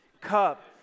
cup